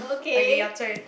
okay your turn